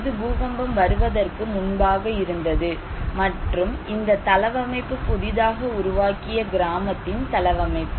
இது பூகம்பம் வருவதற்கு முன்பாக இருந்தது மற்றும் இந்த தளவமைப்பு புதிதாக உருவாக்கிய கிராமத்தின் தளவமைப்பு